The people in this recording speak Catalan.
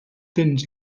tens